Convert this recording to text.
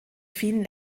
vielen